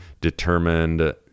determined